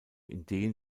ideen